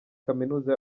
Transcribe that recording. kaminuza